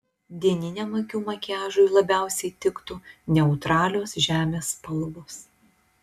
dieniniam akių makiažui labiausiai tiktų neutralios žemės spalvos